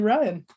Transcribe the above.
Ryan